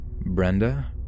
Brenda